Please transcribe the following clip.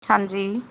ਹਾਂਜੀ